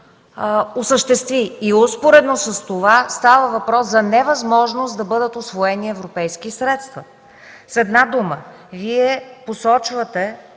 осъществи. И успоредно с това става въпрос за невъзможност да бъдат усвоени европейски средства. С една дума, Вие посочвате